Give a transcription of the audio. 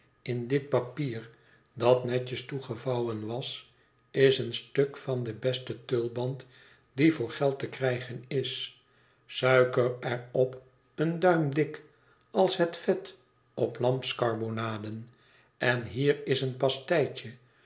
in dit papier dat netjes toegevouwen was is een stuk van den besten tulband die voor geld te krijgen is suiker er op een duim dik als het vet op lamskarbonaden en hier is een